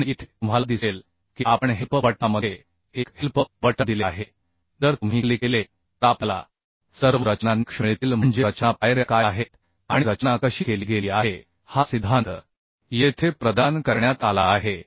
आणि इथे तुम्हाला दिसेल की आपण हेल्प बटणामध्ये एक हेल्प बटण दिले आहे जर तुम्ही क्लिक केले तर आपल्याला सर्व रचना निकष मिळतील म्हणजे रचना पायऱ्या काय आहेत आणि रचना कशी केली गेली आहे हा सिद्धांत येथे प्रदान करण्यात आला आहे